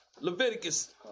Leviticus